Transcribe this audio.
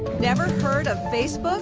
never heard of facebook